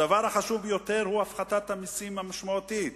הדבר החשוב ביותר הוא הפחתת המסים המשמעותית,